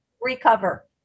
recover